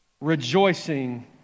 rejoicing